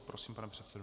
Prosím, pane předsedo.